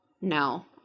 no